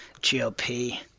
GOP